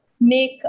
make